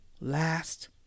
last